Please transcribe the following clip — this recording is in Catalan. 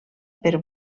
per